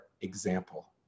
example